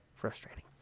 frustrating